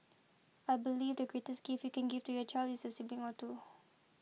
I believe the greatest gift can give to your child is a sibling or two